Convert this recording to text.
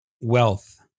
Wealth